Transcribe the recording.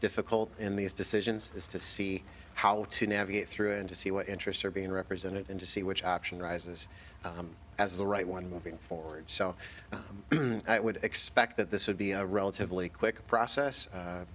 difficult in these decisions is to see how to navigate through and to see what interests are being represented and to see which option rises as the right one moving forward so i would expect that this would be a relatively quick process